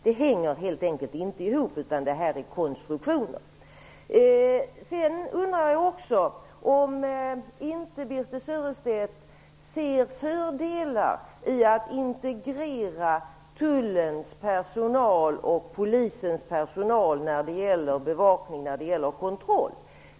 Det hänger helt enkelt inte ihop, utan det är fråga om en konstruktion. Jag undrar också om inte Birthe Sörestedt ser fördelar i att integrera tullens och polisens personal vid bevakning och kontroll.